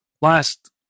Last